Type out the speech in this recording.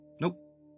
Nope